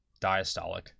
diastolic